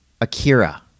Akira